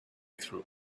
through